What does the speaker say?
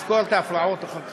תזכור את ההפרעות אחר כך.